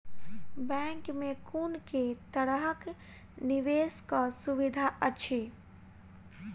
Bank मे कुन केँ तरहक निवेश कऽ सुविधा अछि?